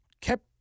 kept